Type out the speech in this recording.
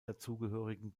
dazugehörigen